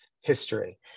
history